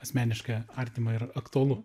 asmeniškai artima ir aktualu